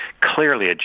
clearly